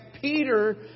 Peter